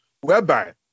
whereby